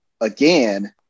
again